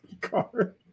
car